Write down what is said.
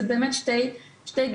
אלו באמת שתי גישות,